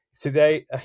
today